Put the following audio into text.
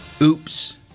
Oops